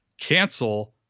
cancel